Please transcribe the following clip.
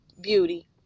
beauty